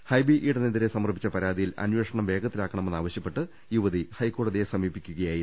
ഹൈബി ഈഡ നെതിരെ സമർപ്പിച്ച പരാതിയിൽ അന്വേഷണം വേഗത്തിലാക്കണമെന്ന് ആവ ശ്യപ്പെട്ട് യുവതി ഹൈക്കോടതിയെ സമീപിക്കുകയായിരുന്നു